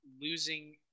losing